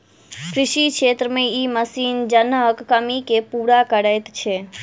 कृषि क्षेत्र मे ई मशीन जनक कमी के पूरा करैत छै